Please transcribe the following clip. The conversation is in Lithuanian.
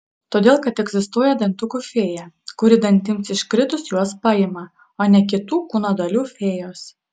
todėl kad egzistuoja dantukų fėja kuri dantims iškritus juos paima o ne kitų kūno dalių fėjos